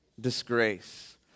disgrace